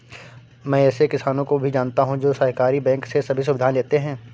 मैं ऐसे किसानो को भी जानता हूँ जो सहकारी बैंक से सभी सुविधाएं लेते है